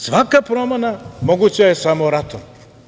Svaka promena moguća je samo ratom.